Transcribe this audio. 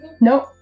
Nope